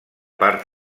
part